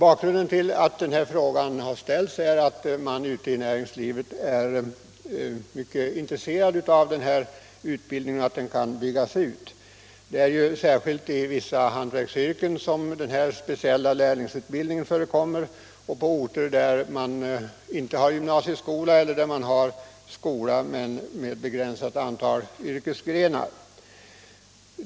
Anledningen till att denna fråga ställdes är att näringslivet är mycket intresserat av att den här utbildningen byggs ut. Den speciella lärlingsutbildningen förekommer särskilt inom vissa hantverksyrken och på orter där det inte finns gymnasieskola eller där det finns sådan men med ett begränsat antal yrkesgrenar.